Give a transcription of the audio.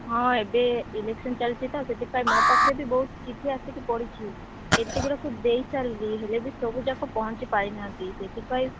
ହଁ ଏବେ ଇଲେକ୍ଶନ ଚାଲିଛି ତ ସେଥିପାଇଁ ମୋ ପାଖରେ ବି ବହୁତ ଚିଠି ଆସିକି ପଡ଼ିଛି ଏତେ ଗୁଡ଼ାକ ଦେଇସାରିଛି ହେଲେ ସବୁ ସବୁଯାକ ପହଞ୍ଚି ପାରିନାହାନ୍ତି ସେଥିପାଇଁ